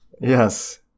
yes